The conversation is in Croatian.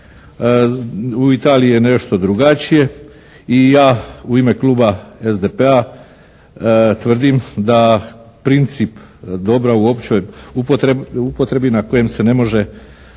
U Italiji je nešto drugačije. I ja u ime kluba SDP-a tvrdim da princip dobra u općoj upotrebi na kojem se ne može